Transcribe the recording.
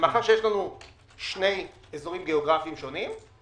כיוון שיש לנו שני אזורים גיאוגרפיים שונים,